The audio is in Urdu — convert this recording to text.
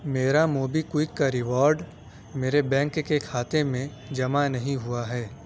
میرا موبی کوئک کا ریوارڈ میرے بینک کے کھاتے میں جمع نہیں ہوا ہے